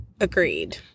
Agreed